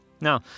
Now